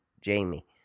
Jamie